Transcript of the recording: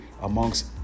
amongst